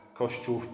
kościół